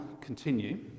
continue